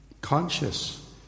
conscious